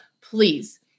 please